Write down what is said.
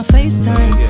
FaceTime